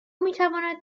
میتواند